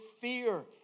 fear